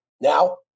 Now